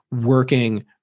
working